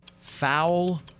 Foul